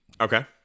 Okay